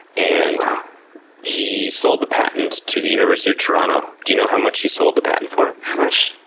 and he sold the patent to the university of toronto. do you know how much he sold the patent for? how much?